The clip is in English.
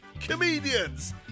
Comedians